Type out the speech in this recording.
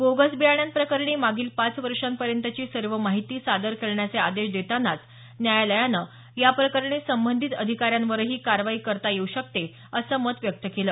bogus बियाण्यांप्रकरणी मागील पाच वर्षांपर्यंतची सर्व माहिती सादर करण्याचे आदेश देतानाच न्यायालयानं याप्रकरणी संबंधित अधिकाऱ्यांवरही कारवाई करता येऊ शकते असं मत व्यक्त केलं